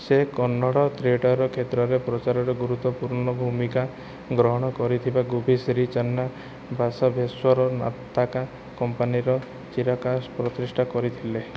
ସେ କନ୍ନଡ଼ ଥିଏଟର କ୍ଷେତ୍ରର ପ୍ରଚାରରେ ଗୁରୁତ୍ୱପୂର୍ଣ୍ଣ ଭୂମିକା ଗ୍ରହଣ କରିଥିବା ଗୋବି ଶ୍ରୀ ଚାନ୍ନା ବାସାଭେଶ୍ୱର ନତାକା କମ୍ପାନୀର ଚିରାକା ପ୍ରତିଷ୍ଠା କରିଥିଲେ